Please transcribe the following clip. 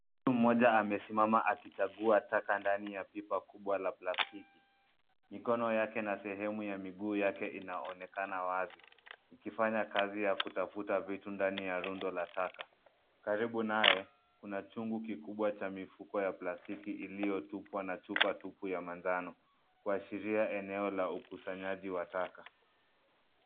Mtu mmoja amesimama na kuchagua pipa ndani ya pipa kubwa la plastiki. Mikono yake na sehemu ya miguu yake inaonekana wazi ikifanya kazi ya kutafuta vitu ndani ya runda la taka. Karibu naye, kuna chungu kubwa la mifuko ya plastiki iliyotupwa na chupa tupu ya manjano kuashiria eneo la ukusanyaji wa taka.